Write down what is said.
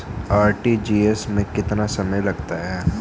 RTGS में कितना समय लगता है?